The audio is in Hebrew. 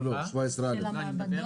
לא, לא, 17א. אני מדבר